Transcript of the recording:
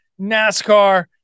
NASCAR